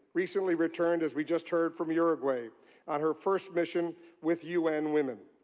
recently returned as we just heard from uruguay on her first mission with un women.